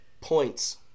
points